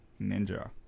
Ninja